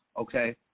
Okay